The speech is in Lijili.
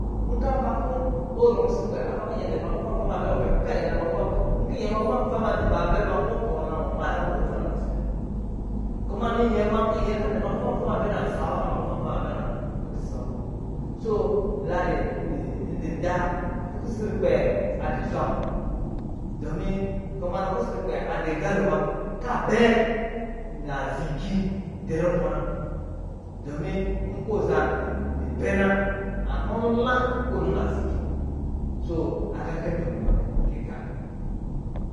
Nkɔ ava kɔ ɔzɔrɔ lɛus rukpɛ kɔ nyɛ du maku vanva mabɛ wɔ takɔ kayi yɛ nɛ du ma kuvan va nkɔ nyɛ ɗu maku van va ma bɛ ma iwɔn ma ada kɔ gɔ kuva nc gi sɛmɛ na kuma nɔ nyɛ ka du ma kuvanva bɛ nɛ amsa awa kadu ma kuvanva ma bɛ nkpi kisi wɔ nɛ so ndi da kɔ kusru kpɛ aedu zwa domi kume nɔ kusrukpɛ ade aga lowa ka di bɛ, la ziki dirubɔ na domi nkɔ ɔza mpɛ na anɔ nla kɔ ni nazaki na so aga kɔ ndu munɔ nɛ kɛ ka na